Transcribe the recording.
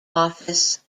office